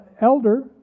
Elder